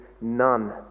none